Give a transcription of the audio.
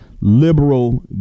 liberal